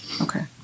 Okay